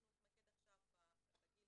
אתה כאן אומר שצריך